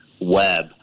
web